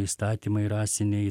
įstatymai rasiniai